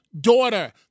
daughter